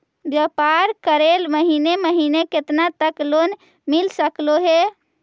व्यापार करेल महिने महिने केतना तक लोन मिल सकले हे?